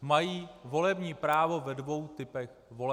mají volební právo ve dvou typech voleb.